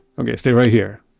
okay, stay right here.